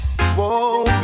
Whoa